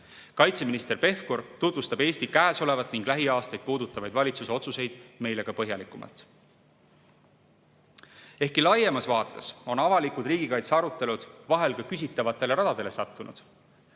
Kaitseminister Pevkur tutvustab Eesti käesolevat ja lähiaastaid puudutavaid valitsuse otsuseid meile põhjalikumalt. Ehkki laiemas vaates on avalikud riigikaitse arutelud vahel küsitavatele radadele sattunud,